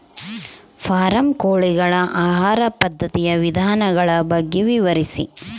Form ಕೋಳಿಗಳ ಆಹಾರ ಪದ್ಧತಿಯ ವಿಧಾನಗಳ ಬಗ್ಗೆ ವಿವರಿಸಿ?